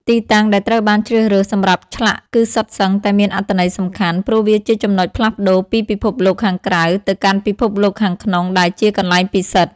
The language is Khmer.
ទីតាំងដែលត្រូវបានជ្រើសរើសសម្រាប់ឆ្លាក់គឺសុទ្ធសឹងតែមានអត្ថន័យសំខាន់ ព្រោះវាជាចំណុចផ្លាស់ប្តូរពីពិភពលោកខាងក្រៅទៅកាន់ពិភពលោកខាងក្នុងដែលជាកន្លែងពិសិដ្ឋ។